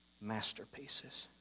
masterpieces